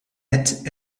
nette